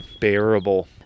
bearable